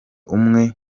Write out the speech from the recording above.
umwe